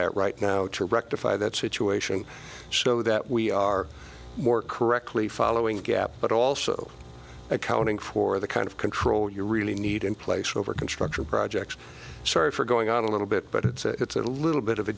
that right now to rectify that situation so that we are more correctly following gap but also accounting for the kind of control you really need in place over construction projects sorry for going on a little bit but it's a little bit of a